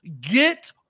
Get